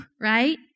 right